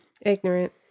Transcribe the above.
Ignorant